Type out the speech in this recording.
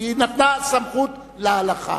היא נתנה סמכות להלכה.